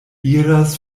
iras